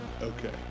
Okay